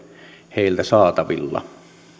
heiltä saatavilla